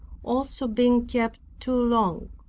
also being kept too long.